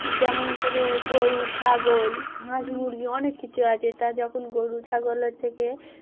যেমন হচ্ছে গিয়ে গরু ছাগল হাঁস মুরগি অনেক কিছু আছে তা যখন গরু ছাগল হচ্ছে গিয়ে